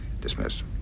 Dismissed